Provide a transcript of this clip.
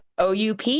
oup